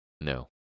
No